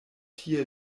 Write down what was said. tie